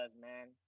man